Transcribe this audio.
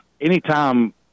anytime